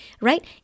right